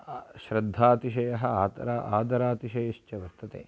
श्रद्धातिषयः आदरः आदरातिशयिश्च वर्तते